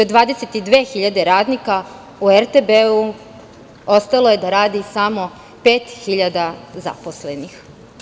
Od 22 hiljade radnika u RTB-u ostalo je da radi samo pet hiljada zaposlenih.